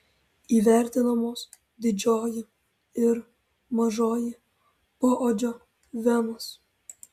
įvertinamos didžioji ir mažoji poodžio venos